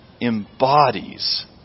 embodies